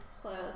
close